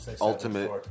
ultimate